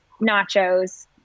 nachos